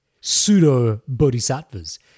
pseudo-bodhisattvas